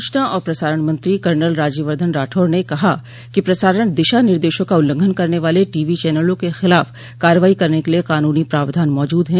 सूचना और प्रसारण मंत्री कर्नल राज्यवर्धन राठौड़ ने कहा कि प्रसारण दिशा निर्देशों का उल्लंघन करने वाले टीवी चनलों के खिलाफ कार्रवाई करने के लिए कानूनी प्रावधान मौजूद हैं